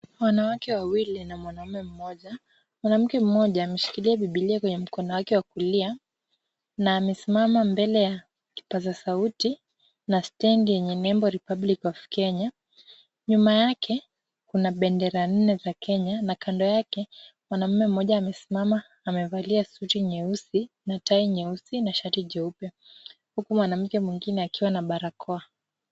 Wanawake wawili na mwanaume mmoja. Mwanamke mmoja ameshikilia Bibilia kwenye mkono wake wa kuliana amesimama mbele ya kipaza sauti na stendi yenye nembo Republic of Kenya. Nyuma yake kuna bendera nne za Kenya na kando yake mwanaume mmoja amesimama amevalia suti nyeusi na tai nyeusi na shati jeupe huku mwanamke mwengine akiwa na barakoa.